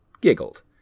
giggled